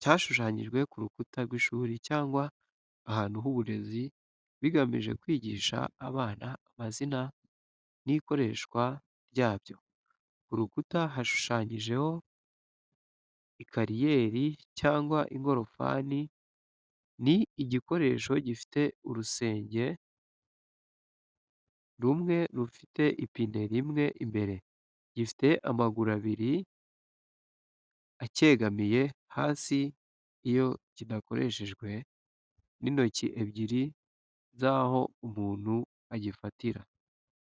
cyashushanyijwe ku rukuta rw’ishuri cyangwa ahantu h’uburezi bigamije kwigisha abana amazina n’ikoreshwa ryabyo. Ku rukuta hashushanyijeho ikariyeri cyangwa ingorofani, ni igikoresho gifite urusenge rumwe rufite ipine rimwe imbere, gifite amaguru abiri acyegamiye hasi iyo kidakoreshejwe, n’intoki ebyiri z’aho umuntu agifatira.